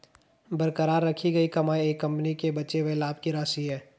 बरकरार रखी गई कमाई एक कंपनी के बचे हुए लाभ की राशि है